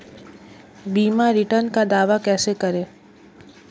बीमा रिटर्न का दावा कैसे करें?